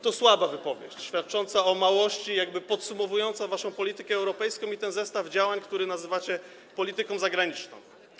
To słaba wypowiedź, świadcząca o małości i jakby podsumowująca waszą politykę europejską i ten zestaw działań, który nazywacie polityką zagraniczną.